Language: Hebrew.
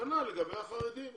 כנ"ל לגבי החרדים.